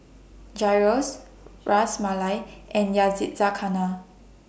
Gyros Ras Malai and Yakizakana